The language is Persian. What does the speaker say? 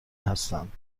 هستند